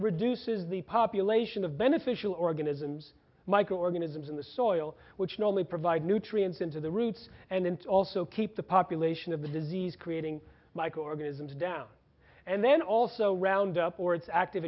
reduces the population of beneficial organisms microorganisms in the soil which normally provide nutrients into the roots and then to also keep the population of the disease creating microorganisms down and then also round up or its active